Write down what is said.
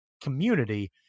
community